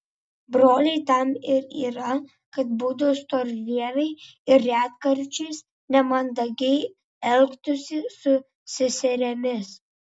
broliai tam ir yra kad būtų storžieviai ir retkarčiais nemandagiai elgtųsi su seserimis